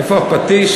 איפה הפטיש?